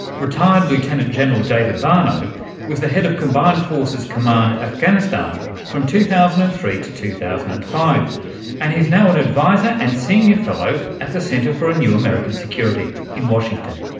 retired lieutenant general david barno was the head of combined forces command-afghanistan from two thousand and three to two thousand and five and he's now an advisor and senior fellow at the center for a new american security in washington.